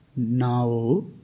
Now